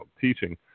teaching